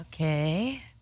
Okay